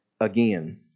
again